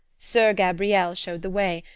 soeur gabrielle showed the way,